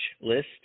list